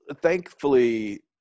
thankfully